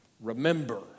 Remember